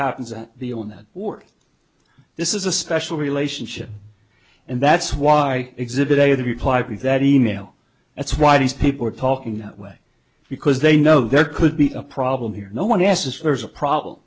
happens at the on that board this is a special relationship and that's why exhibit a the reply be that e mail that's why these people are talking that way because they know there could be a problem here no one asks for there's a problem